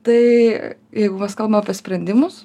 tai jeigu mes kalbam apie sprendimus